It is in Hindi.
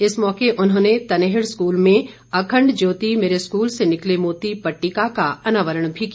इस मौके उन्होंने तनेहड़ स्कूल में अखंड ज्योति मेरे स्कूल से निकले मोती पट्टिका का अनावरण भी किया